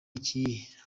iyihe